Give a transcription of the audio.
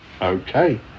Okay